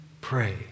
pray